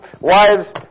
wives